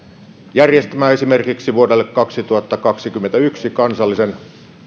järjestämää esimerkiksi vuodelle kaksituhattakaksikymmentäyksi kansallisen